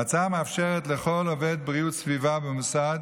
ההצעה מאפשרת לכל עובד בריאות סביבה במוסד